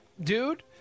dude